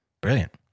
brilliant